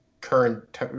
current